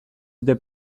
zde